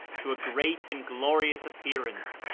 to a great and glorious appearance,